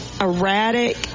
erratic